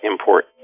import